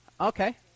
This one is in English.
Okay